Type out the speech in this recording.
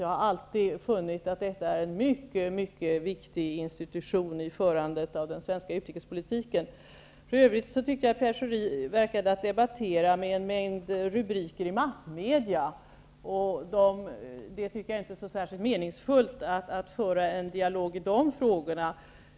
Jag har alltid funnit att det är en mycket viktig institution i förandet av den svenska utrikespolitiken. För övrigt tyckte jag Pierre Schori verkade debattera med en mängd rubriker i massmedia. Jag tycker inte det är så särskilt meningsfullt att föra en dialog i de frågorna.